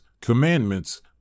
commandments